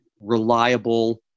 reliable